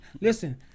Listen